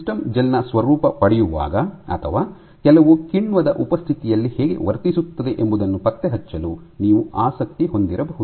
system gel ನ ಸ್ವರೂಪ ಪಡೆಯುವಾಗ ಅಥವಾ ಕೆಲವು ಕಿಣ್ವದ ಉಪಸ್ಥಿತಿಯಲ್ಲಿ ಹೇಗೆ ವರ್ತಿಸುತ್ತದೆ ಎಂಬುದನ್ನು ಪತ್ತೆಹಚ್ಚಲು ನೀವು ಆಸಕ್ತಿ ಹೊಂದಿರಬಹುದು